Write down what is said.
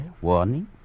Warning